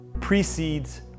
precedes